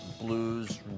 blues